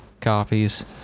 copies